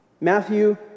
Matthew